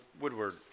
Woodward